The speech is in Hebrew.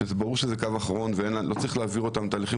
שברור שזה קו אחרון ולא צריך להעביר אותם תהליכים.